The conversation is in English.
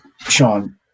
Sean